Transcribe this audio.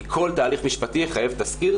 כי כל תהליך משפטי יחייב תסקיר,